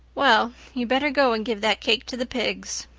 well, you'd better go and give that cake to the pigs,